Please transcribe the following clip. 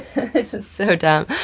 so dumb.